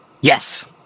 Yes